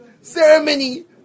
ceremony